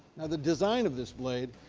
the design of this blade,